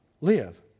live